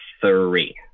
three